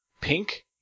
pink